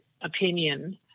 opinion